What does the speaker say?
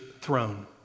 throne